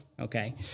Okay